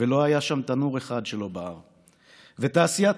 ולא היה שם תנור אחד שלא בער / ותעשיית